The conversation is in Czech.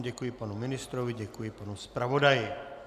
Děkuji panu ministrovi, děkuji panu zpravodaji.